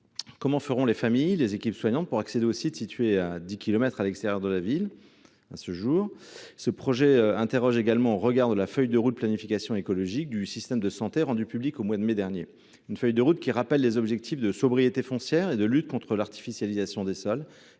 Comment feront les familles, les équipes soignantes pour accéder au site situé à dix kilomètres à l’extérieur de la ville ? Ce projet interroge également au regard de la feuille de route pour la planification écologique du système de santé rendue publique au mois de mai dernier, qui rappelle les objectifs de sobriété foncière et de lutte contre l’artificialisation des sols